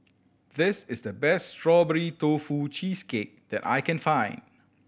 this is the best Strawberry Tofu Cheesecake that I can find